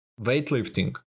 weightlifting